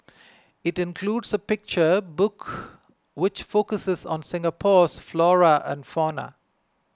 it includes a picture book which focuses on Singapore's flora and fauna